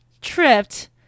tripped